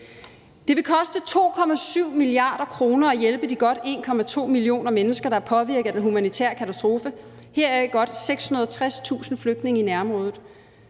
»Det vil koste 2,7 milliarder kroner at hjælpe de godt 1,2 millioner mennesker, som er påvirket af den humanitære katastrofe, heraf godt 660.000 flygtninge i nærområdet.